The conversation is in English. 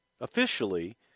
officially